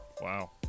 Wow